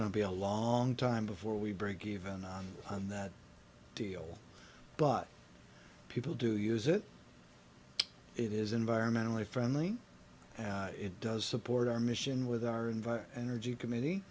going to be a long time before we break even on that deal but people do use it it is environmentally friendly it does support our mission with our invite energy